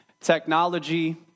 technology